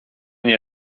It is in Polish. nie